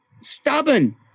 stubborn